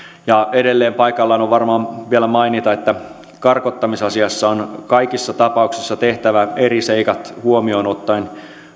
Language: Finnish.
ja edelleen paikallaan on varmaan vielä mainita että karkottamisasiassa on kaikissa tapauksissa tehtävä eri seikat huomioon ottaen